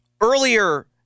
Earlier